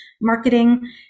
marketing